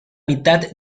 mitad